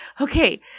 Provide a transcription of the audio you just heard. okay